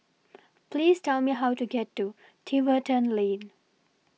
Please Tell Me How to get to Tiverton Lane